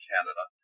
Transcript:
Canada